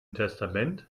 testament